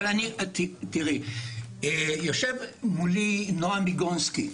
כדי לקבל פרספקטיבה - יושב מולי נועם ביגונסקי.